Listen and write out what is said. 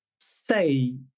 say